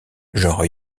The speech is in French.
genre